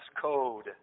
code